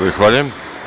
Zahvaljujem.